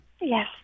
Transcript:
Yes